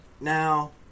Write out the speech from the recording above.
Now